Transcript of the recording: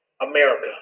America